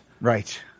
Right